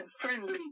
friendly